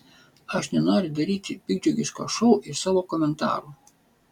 aš nenoriu daryti piktdžiugiško šou iš savo komentarų